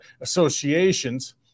associations